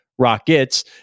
rockets